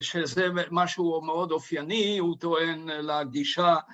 ‫שזה משהו מאוד אופייני, ‫הוא טוען להגישה.